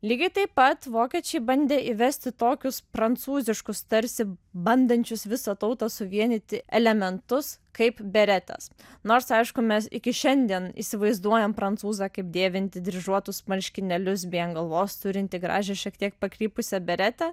lygiai taip pat vokiečiai bandė įvesti tokius prancūziškus tarsi bandančius visą tautą suvienyti elementus kaip beretės nors aišku mes iki šiandien įsivaizduojam prancūzą kaip dėvintį dryžuotus marškinėlius bei ant galvos turintį gražią šiek tiek pakrypusią beretę